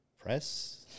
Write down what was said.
press